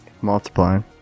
multiplying